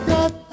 Got